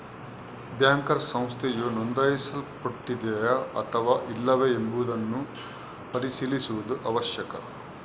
banker ಸಂಸ್ಥೆಯು ನೋಂದಾಯಿಸಲ್ಪಟ್ಟಿದೆಯೇ ಅಥವಾ ಇಲ್ಲವೇ ಎಂಬುದನ್ನು ಪರಿಶೀಲಿಸುವುದು ಅವಶ್ಯಕ